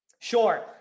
Sure